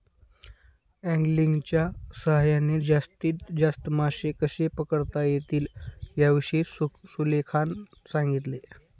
अँगलिंगच्या सहाय्याने जास्तीत जास्त मासे कसे पकडता येतील याविषयी सुलेखाने सांगितले